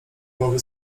głowy